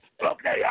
Okay